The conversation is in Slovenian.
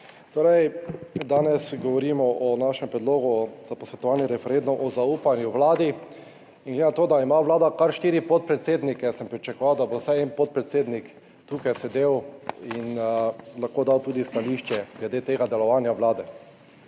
Torej, danes govorimo o našem Predlogu za posvetovalni referendum o zaupanju Vladi in glede na to, da ima Vlada kar štiri podpredsednike sem pričakoval, da bo vsaj en podpredsednik tukaj sedel in lahko dal tudi stališče glede tega delovanja Vlade.